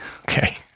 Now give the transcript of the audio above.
Okay